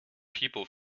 people